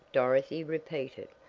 dorothy repeated.